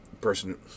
person